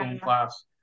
class